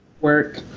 work